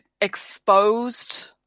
exposed